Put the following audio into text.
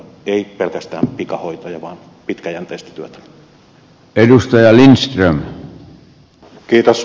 ei pelkästään pikahoitoja vaan pitkäjänteistä työtä